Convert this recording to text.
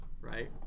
Right